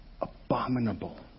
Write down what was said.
abominable